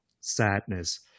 sadness